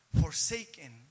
forsaken